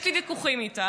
יש לי ויכוחים איתה.